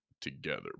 together